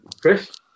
Chris